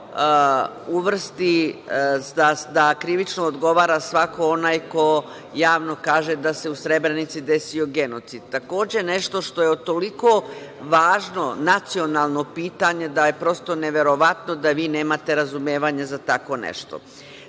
uvrsti da krivično odgovara svako onaj ko javno kaže da se u Srebrenici desio genocid. Takođe, nešto što je toliko važno, nacionalno pitanje, da je prosto neverovatno da vi nemate razumevanja za takvo